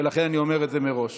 ולכן אני אומר את זה מראש.